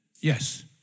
Yes